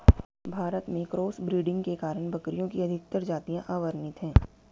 भारत में cross breeding के कारण बकरियों की अधिकतर जातियां अवर्णित है